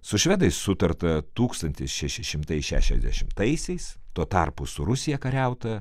su švedais sutarta tūkstantis šeši šimtai šešiasdešimtaisiais tuo tarpu su rusija kariauta